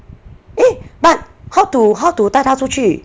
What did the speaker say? eh but how to how to 带她出去